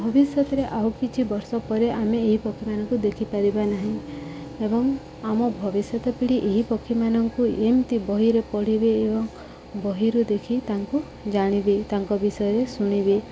ଭବିଷ୍ୟତରେ ଆଉ କିଛି ବର୍ଷ ପରେ ଆମେ ଏହି ପକ୍ଷୀମାନଙ୍କୁ ଦେଖିପାରିବା ନାହିଁ ଏବଂ ଆମ ଭବିଷ୍ୟତ ପିଢ଼ି ଏହି ପକ୍ଷୀମାନଙ୍କୁ ଏମିତି ବହିରେ ପଢ଼ିବେ ଏବଂ ବହିରୁ ଦେଖି ତାଙ୍କୁ ଜାଣିବେ ତାଙ୍କ ବିଷୟରେ ଶୁଣିବେ